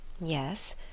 Yes